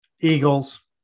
Eagles